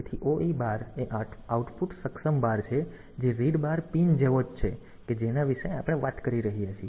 તેથી OE bar એ output સક્ષમ બાર છે જે રીડ બાર પિન જેવો જ છે કે જેના વિશે આપણે વાત કરી રહ્યા છીએ